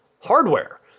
hardware